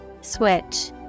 Switch